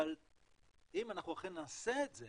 אבל אם אנחנו אכן נעשה את זה